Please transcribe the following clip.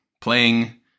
playing